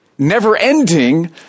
never-ending